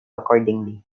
accordingly